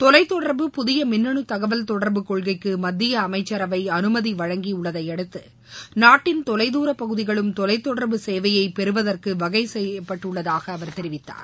தொலைதொடர்பு புதிய மின்னணு தகவல் தொடர்பு கொள்கைக்கு மத்திய அமைச்சரவை அனுமதி வழங்கியுள்ளதையடுத்து நாட்டின் தொலைதூர தொலைதொடர்பு சேவையை பெறுவதற்கு பகுதிகளும் வகை செய்யப்பட்டுள்ளதாக தெரிவித்தார்